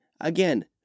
Again